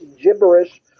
gibberish